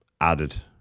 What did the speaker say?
added